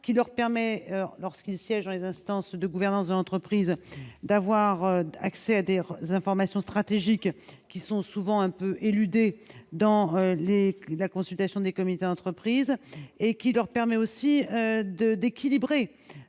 qui leur permet, lorsqu'ils siègent dans les instances de gouvernance d'entreprise, d'avoir accès à des aux informations stratégiques qui sont souvent un peu éludées dans l'écurie, la consultation des comités d'entreprise et qui leur permet aussi de d'équilibrer